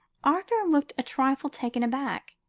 arthur looked a trifle taken aback,